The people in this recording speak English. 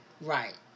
Right